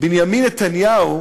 בנימין נתניהו